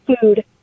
food